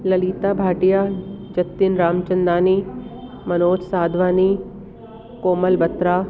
Lalita Bhatia Jatin Ramchandani Manoj Sadhwani Komal Batra